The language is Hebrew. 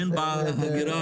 הן בהגירה